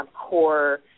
core